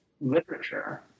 literature